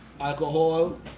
alcohol